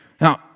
Now